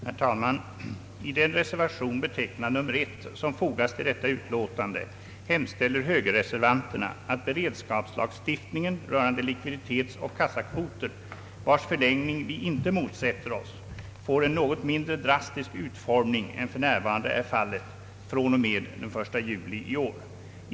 Herr talman! I den reservation, betecknad nr 1, som fogats till detta utlåtande hemställer högerreservanterna att beredskapslagstiftningen rörande likviditetsoch kassakvoter, vars förlängning vi inte motsätter oss, får en något mindre drastisk utformning än f. n. är fallet fr.o.m. den 1 juli i år.